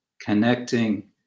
connecting